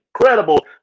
incredible